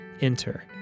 enter